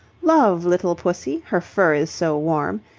love little pussy, her fur is so warm,